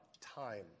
time